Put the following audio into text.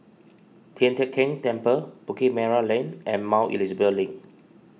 Tian Teck Keng Temple Bukit Merah Lane and Mount Elizabeth Link